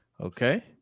Okay